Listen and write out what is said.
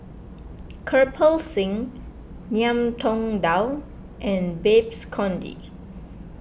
Kirpal Singh Ngiam Tong Dow and Babes Conde